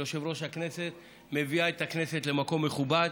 של יושב-ראש הכנסת שמביאה את הכנסת למקום מכובד.